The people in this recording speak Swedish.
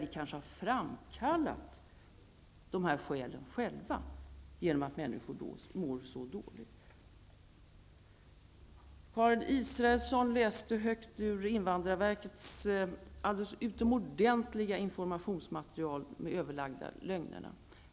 Dessa skäl har alltså framkallats på grund av att människor mår dåligt. Karin Israelsson läste högt ur invandrarverkets alldeles utmärkta informationsmaterial Överlagda lögner.